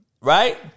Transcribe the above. right